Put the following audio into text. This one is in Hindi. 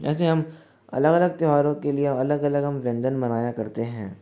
जैसे हम अलग अलग त्यौहारों के लिए अलग अलग हम व्यंजन बनाया करते हैं